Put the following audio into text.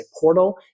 portal